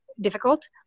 difficult